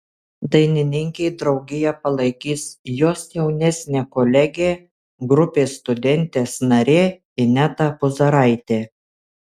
dainininkei draugiją palaikys jos jaunesnė kolegė grupės studentės narė ineta puzaraitė